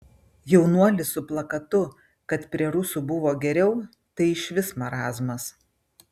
jaunuolis su plakatu kad prie rusų buvo geriau tai išvis marazmas